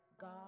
God